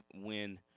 win